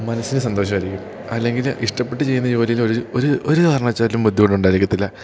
മനസ്സിന് സന്തോഷമായിരിക്കും അല്ലെങ്കിൽ ഇഷ്ടപ്പെട്ടു ചെയ്യുന്ന ജോലിയിലൊരു ഒരു ഒരു കാരണവശാലും ബുദ്ധിമുട്ടുണ്ടായിരിക്കത്തില്ല